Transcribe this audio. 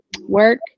work